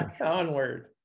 Onward